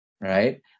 right